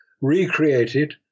recreated